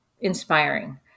inspiring